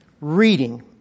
reading